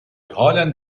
halen